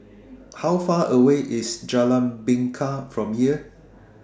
How Far away IS Jalan Bingka from here